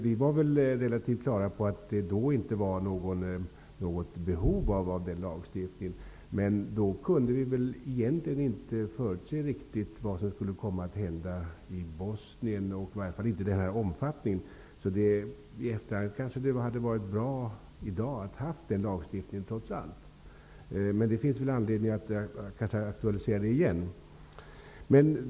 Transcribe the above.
Vi var relativt på det klara med att det då inte fanns något behov av den lagstiftningen. Men då kunde vi egentligen inte förutse riktigt vad som skulle komma att hända i Bosnien, i varje fall inte att det skulle få den här omfattningen. I efterhand kan man tycka att det kanske hade varit bra att ha den lagstiftningen trots allt. Det finns kanske anledning att aktualisera förslaget igen.